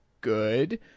good